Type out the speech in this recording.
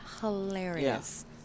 Hilarious